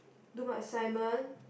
so my assignment